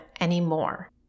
anymore